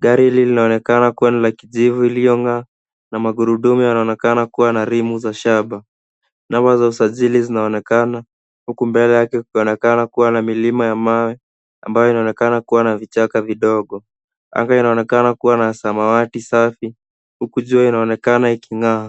Gari hili linaonekana kuwa ni la kijivu ililong'aa na magurudumu yanaoenakana kuwa na rimu za shaba. Namba za usajili zinaonekana huku mbele yake kukionekana kuwa na milima ya mawe ambayo inaonekana kuwa na vichaka vidogo. Anga inaonekana kuwa ya samawati safi huku jua inaonekana iking'aa.